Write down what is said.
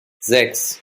sechs